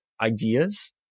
ideas